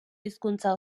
hizkuntza